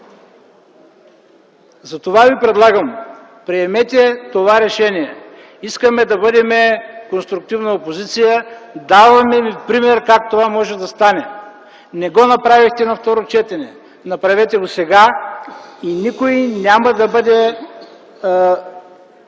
Затова Ви предлагам: приемете това решение. Искаме да бъдем конструктивна опозиция, даваме ви пример как може да стане това. Не го направихте на второ четене, направете го сега и никой няма да остане